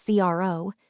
CRO